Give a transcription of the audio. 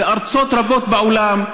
בארצות רבות בעולם,